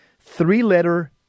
three-letter